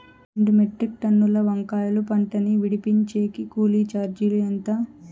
రెండు మెట్రిక్ టన్నుల వంకాయల పంట ను విడిపించేకి కూలీ చార్జీలు ఎంత?